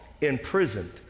imprisoned